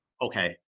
Okay